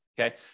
Okay